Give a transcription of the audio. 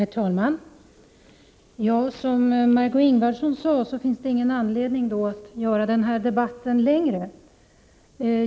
Herr talman! Som Margö Ingvardsson sade finns det ingen anledning att förlänga den här debatten.